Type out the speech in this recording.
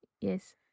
Yes